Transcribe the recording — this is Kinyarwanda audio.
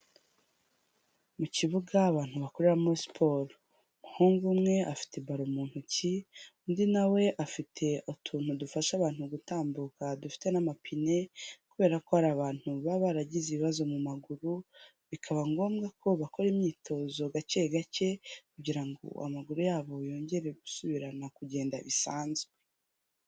Mu kibuga abantu bakoreramo siporo, umuhungu umwe afite baro mu ntoki, undi nawe afite utuntu dufasha abantu gutambuka dufite n'amapine, kubera ko hari abantu baba baragize ibibazo mu maguru bikaba ngombwa ko bakora imyitozo gake gake, kugira ngo amaguru yabo yongere gusubirana kugenda bisanzwe.